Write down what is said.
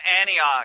Antioch